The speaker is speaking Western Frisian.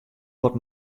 wat